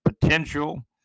potential